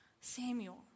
Samuel